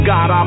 God